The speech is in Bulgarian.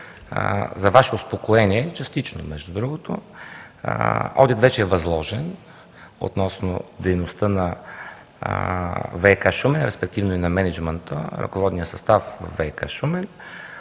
За Ваше успокоение, частично, между другото, одит вече е възложен относно дейността на ВиК – Шумен, респективно и на мениджмънта, ръководният състав на ВиК Шумен